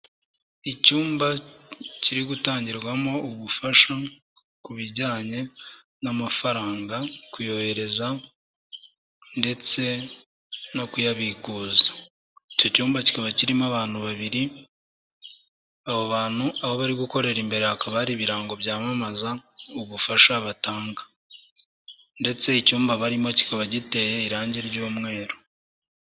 Icyumba kiri gutangirwamo ubufasha ku bijyanye n'amafaranga, kuyohereza ndetse no kuyabikuza. Icyo cyumba kikaba kirimo abantu babiri, abo bantu aho bari gukorera imbere hakaba hari ibirango byamamaza ubufasha batanga ndetse icyumba barimo kikaba giteye irangi ry'umweru.